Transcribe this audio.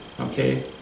okay